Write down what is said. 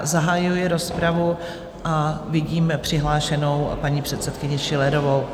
Zahajuji rozpravu a vidím přihlášenou paní předsedkyni Schillerovou.